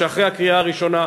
שאחרי הקריאה הראשונה,